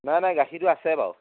নাই নাই গাখীৰটো আছে বাৰু